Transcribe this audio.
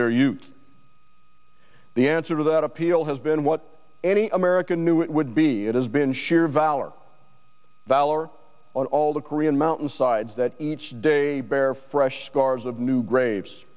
their youth the answer to that appeal has been what any american knew it would be it has been sheer valor valor on all the korean mountainsides that each day bear fresh scars of new graves